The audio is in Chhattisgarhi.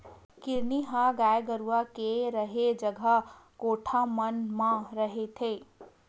किन्नी ह गाय गरुवा के रेहे जगा कोठा मन म रहिथे